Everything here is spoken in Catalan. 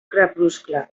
crepuscle